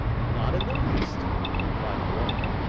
not in the least replied the lawyer.